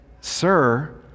sir